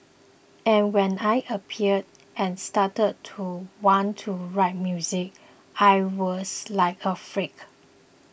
and when I appeared and started to want to write music I was like a freak